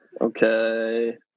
Okay